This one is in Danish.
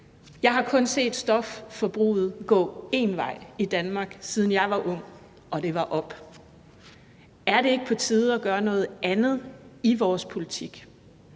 Jeg har kun set stofforbruget gå én vej i Danmark, siden jeg var ung, og det er op. Er det ikke på tide at gøre noget andet i vores politik?